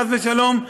חס ושלום,